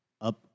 up